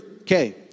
Okay